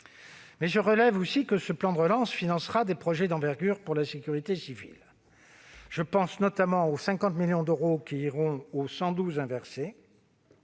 je relève aussi que ce plan de relance financera des projets d'envergure pour la sécurité civile. Je pense notamment aux 50 millions d'euros qui iront au « 112 inversé